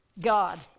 God